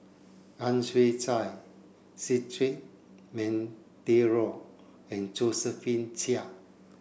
Ang Chwee Chai Cedric Monteiro and Josephine Chia